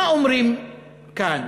מה אומרים כאן?